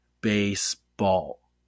baseball